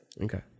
Okay